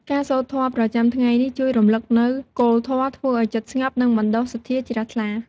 ការសូត្រធម៌ប្រចាំថ្ងៃនេះជួយរំឭកនូវគោលធម៌ ធ្វើឱ្យចិត្តស្ងប់ និងបណ្ដុះសទ្ធាជ្រះថ្លា។